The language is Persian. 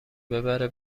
ببره